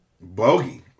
Bogey